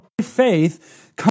faith